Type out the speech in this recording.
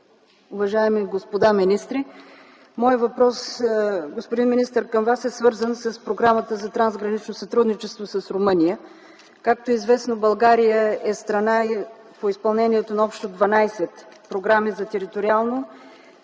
уважаеми господа министри! Моят въпрос, господин министър, към Вас е свързан с Програмата за трансгранично сътрудничество с Румъния. Както е известно, България е страна по изпълнението на общо 12 програми за териториално